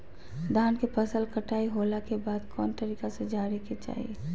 धान के फसल कटाई होला के बाद कौन तरीका से झारे के चाहि?